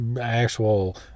actual